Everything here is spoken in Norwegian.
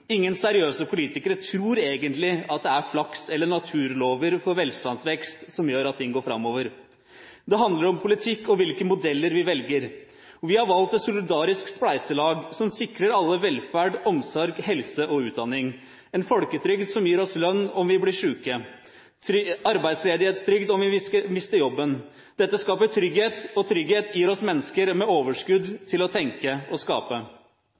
Ingen seriøse politikere tror egentlig at det er flaks eller naturlover for velstandsvekst som gjør at ting går framover. Det handler om politikk og hvilke modeller vi velger. Vi har valgt et solidarisk spleiselag som sikrer alle velferd, omsorg, helse og utdanning. Vi har en folketrygd som gir oss lønn om vi blir syke, og arbeidsledighetstrygd om vi mister jobben. Dette skaper trygghet, og trygghet gir oss mennesker med overskudd til å tenke og skape.